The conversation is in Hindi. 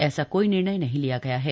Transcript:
ऐसा कोई निर्णय नहीं लिया गया है